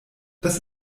das